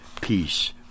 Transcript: peace